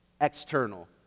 external